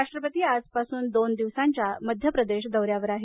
राष्ट्रपती आजपासून दोन दिवसाच्या मध्य प्रदेश दौऱ्यावर आहेत